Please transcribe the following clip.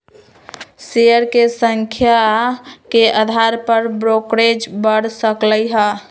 share के संख्या के अधार पर ब्रोकरेज बड़ सकलई ह